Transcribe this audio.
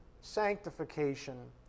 sanctification